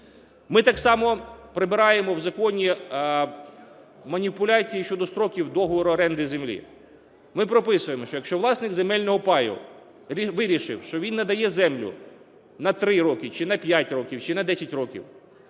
Ми так само прибираємо в законі маніпуляції щодо строків договору оренди землі. Ми прописуємо, що якщо власник земельного паю вирішив, що він надає землю на 3 роки, чи 5 років, чи на 10 років,